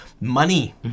money